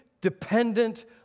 dependent